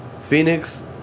Phoenix